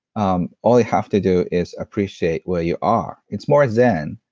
um all you have to do is appreciate where you are. it's more zen,